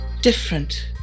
different